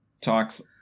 talks